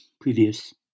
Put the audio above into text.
previous